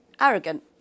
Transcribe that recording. arrogant